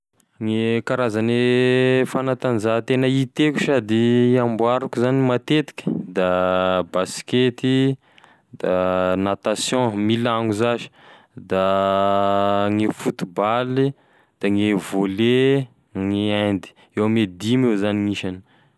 Gne karazane fanantanjahantegna hiteko sady amboariko zany matetiky da baskety, da natation, milagno zash, da gne footbaly, da gne volley ny hand eo ame dimy eo zany gn'isany.